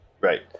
right